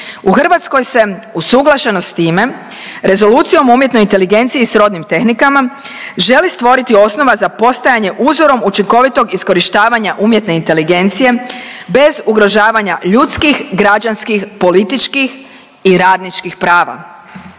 U Hrvatskoj se usuglašeno s time Rezolucijom o umjetnoj inteligencija i srodnim tehnikama želi stvoriti osnova za postojanje uzorom učinkovitog iskorištavanja umjetne inteligencije bez ugrožavanja ljudskih, građanskih, političkih i radničkih prava.